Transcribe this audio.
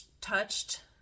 touched